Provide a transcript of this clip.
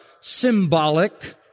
symbolic